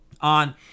on